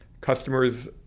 customers